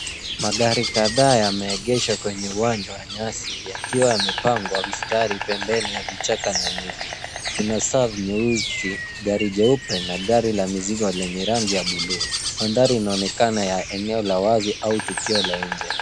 Magari kadhaa yame egeshwa kwenye uwanja wa nyasi yakiwa yamepangwa mstari pembeni ya vichaka na miti. Kuna safu nyeusi gari jeupe na gari la mizigo lenye rangi ya bluu mandhari inaonekana ya eneo la wazi au tukio la nje.